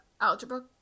algebra